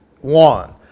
one